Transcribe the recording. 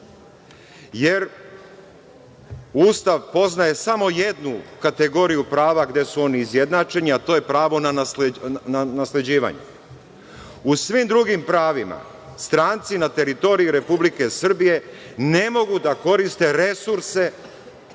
jer Ustav poznaje samo jednu kategoriju prava gde su oni izjednačeni, a to je pravo o nasleđivanju.U svim drugim pravima stranci na teritoriji Republike Srbije ne mogu da koriste resurse